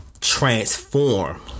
Transform